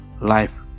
life